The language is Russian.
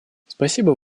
спасибо